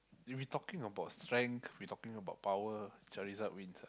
if we talking about strength we talking about power Charizard wins ah